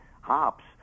hops